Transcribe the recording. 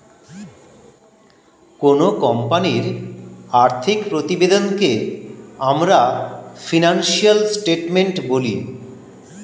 কোনো কোম্পানির আর্থিক প্রতিবেদনকে আমরা ফিনান্সিয়াল স্টেটমেন্ট বলি